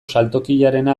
saltokiarena